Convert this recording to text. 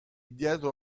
dietro